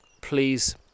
please